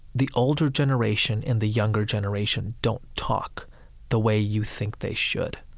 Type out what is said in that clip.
the older generation and the younger generation don't talk the way you think they should